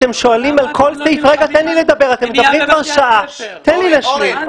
תן לי להשלים.